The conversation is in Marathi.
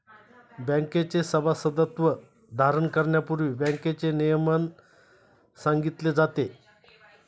बँकेचे सभासदत्व धारण करण्यापूर्वी बँकेचे नियमन सांगितले जाते